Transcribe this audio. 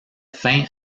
fin